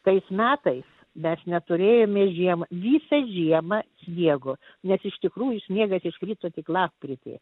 tais metais mes neturėjome žiemą visą žiemą sniego nes iš tikrųjų sniegas iškrito tik lapkritį